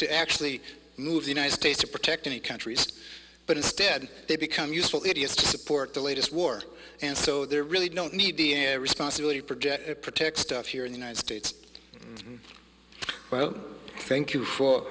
to actually move the united states to protect any countries but instead they become useful idiots to support the latest war and so they're really don't need d n a responsibility project to protect stuff here in the united states well thank you for